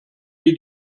wie